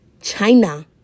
China